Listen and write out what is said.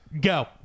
Go